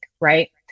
right